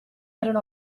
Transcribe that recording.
erano